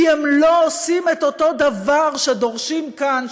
הם לא עושים את אותו הדבר שדורשים כאן,